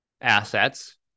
assets